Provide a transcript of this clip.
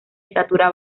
estatura